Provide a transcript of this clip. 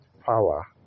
power